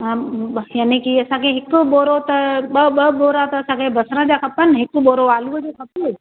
हा बाक़ी हाने की असांखे हिकु बोरो त ॿ ॿ बोरा त असांखे बसरि जा खपनि हिकु बोरो आलूअ जो खपे